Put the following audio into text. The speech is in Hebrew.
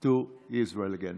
to Israel again.